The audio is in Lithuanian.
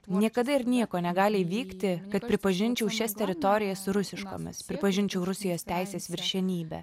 niekada ir nieko negali įvykti kad pripažinčiau šias teritorijas rusiškomis pripažinčiau rusijos teisės viršenybę